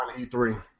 E3